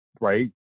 right